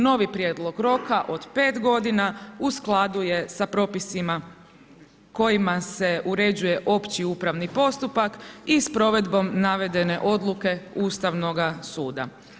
Novi prijedlog roka od 5 g. u skladu je sa propisima kojima se uređuje opći upravni postupak i s provedbom navedene odluke Ustavnoga suda.